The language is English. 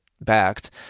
backed